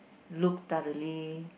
look thoroughly